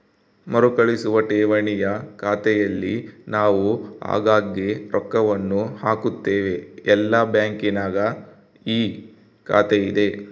ಮರುಕಳಿಸುವ ಠೇವಣಿಯ ಖಾತೆಯಲ್ಲಿ ನಾವು ಆಗಾಗ್ಗೆ ರೊಕ್ಕವನ್ನು ಹಾಕುತ್ತೇವೆ, ಎಲ್ಲ ಬ್ಯಾಂಕಿನಗ ಈ ಖಾತೆಯಿದೆ